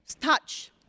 touch